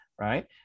right